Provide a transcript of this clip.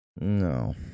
No